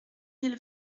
mille